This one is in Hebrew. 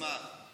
כן, אני אשמח.